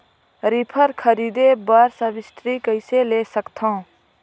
Reaper खरीदे बर subsidy कइसे ले सकथव?